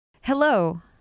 hello